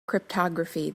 cryptography